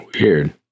weird